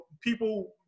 people –